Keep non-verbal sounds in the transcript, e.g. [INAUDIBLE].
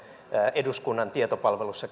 eduskunnan tietopalvelussa [UNINTELLIGIBLE]